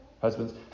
Husbands